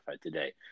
today